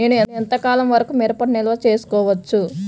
నేను ఎంత కాలం వరకు మిరపను నిల్వ చేసుకోవచ్చు?